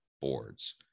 Boards